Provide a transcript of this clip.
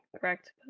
correct